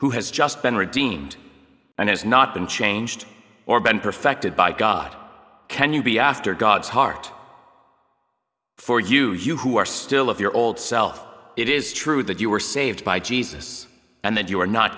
who has just been redeemed and has not been changed or been perfected by god can you be after god's heart for you you who are still of your old self it is true that you were saved by jesus and that you are not